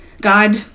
god